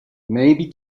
maybe